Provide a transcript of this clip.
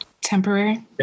Temporary